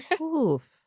Oof